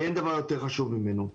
כי אין דבר יותר חשוב ממנו.